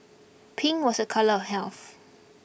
pink was a colour of health